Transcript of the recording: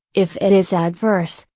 if it is adverse,